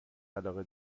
علاقه